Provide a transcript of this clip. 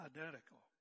Identical